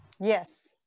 Yes